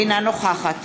אינה נוכחת